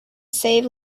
save